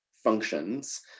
functions